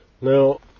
Now